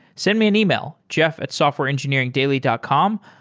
send me an email, jeff at softwareengineeringdaily dot com.